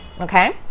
okay